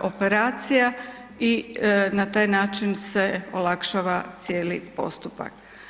operacija i na taj način se olakšava cijeli postupak.